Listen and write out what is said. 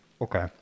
Okay